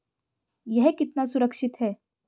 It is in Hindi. यह कितना सुरक्षित है?